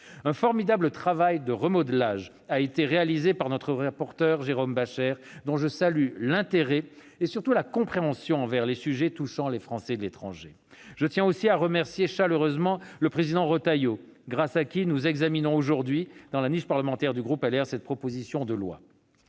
Un formidable travail de remodelage a été réalisé par notre rapporteur Jérôme Bascher, dont je salue l'intérêt et la compréhension envers les sujets touchant les Français de l'étranger. Je tiens aussi à remercier chaleureusement le président Bruno Retailleau, grâce auquel nous examinons aujourd'hui, dans le cadre de l'ordre du jour réservé au groupe Les